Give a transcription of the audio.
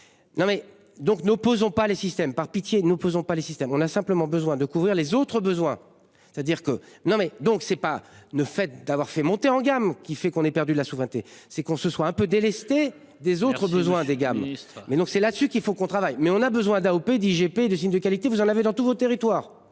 donc, n'opposons pas les systèmes par pitié. Nous pesons pas les systèmes on a simplement besoin de couvrir les autres besoins. C'est-à-dire que non mais donc c'est pas, ne fait d'avoir fait monter en gamme qui fait qu'on ait perdu la souveraineté c'est qu'on se soit un peu délesté des autres besoins des gammes monstre mais donc c'est là-dessus qu'il faut qu'on travaille mais on a besoin d'AOP IGP GP de signes de qualité, vous en avez dans tous vos territoires.